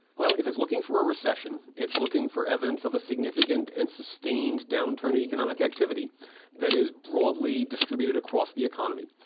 well, if it's looking for a recession, then it's looking for evidence of a significant and sustained downturn in economic activity that is broadly distributed across the economy.